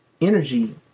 energy